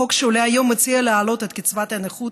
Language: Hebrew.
החוק שעולה היום מציע להעלות את קצבת הנכות